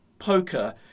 poker